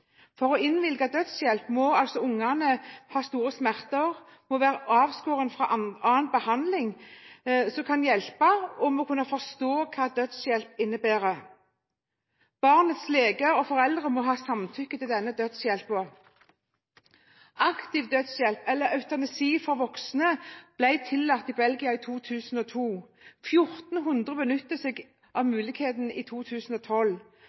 kan hjelpe, og de må kunne forstå hva dødshjelp innebærer. Barnets leger og foreldre må samtykke til denne dødshjelpen. Aktiv dødshjelp, eller eutanasi, for voksne ble tillatt i Belgia i 2002. 1 400 benyttet seg av muligheten i 2012.